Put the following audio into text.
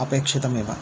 अपेक्षितमेव